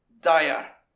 Dire